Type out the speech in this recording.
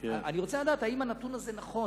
אני רוצה לדעת אם הנתון הזה נכון.